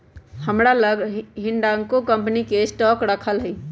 हमरा लग हिंडालको कंपनी के स्टॉक राखल हइ